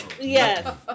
Yes